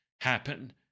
happen